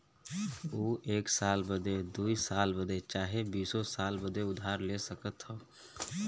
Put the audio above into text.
ऊ एक साल बदे, दुइ साल बदे चाहे बीसो साल बदे उधार ले सकत हौ